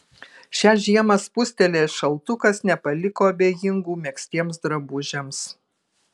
šią žiemą spustelėjęs šaltukas nepaliko abejingų megztiems drabužiams